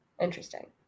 Interesting